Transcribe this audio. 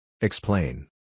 Explain